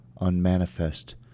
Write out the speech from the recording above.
unmanifest